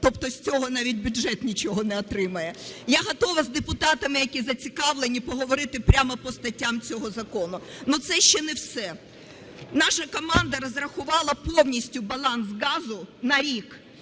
тобто з цього навіть бюджет нічого не отримає. Я готова з депутатами, які зацікавлені, поговорити прямо по статтям цього закону. Але це ще не все. Наша команда розрахувала повністю баланс газу на рік,